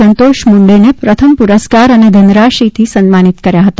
સંતોષ મુંડેને પ્રથમ પુરસ્કાર અને ધનરાશીથી સન્માનિત કર્યૉ હતા